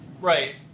Right